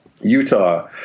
Utah